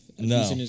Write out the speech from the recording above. No